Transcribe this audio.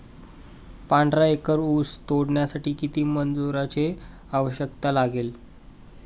पंधरा एकर ऊस तोडण्यासाठी किती मजुरांची आवश्यकता लागेल?